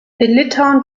litauen